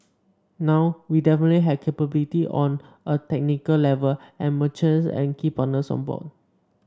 now we definitely have capability on a technical level and merchants and key partners on board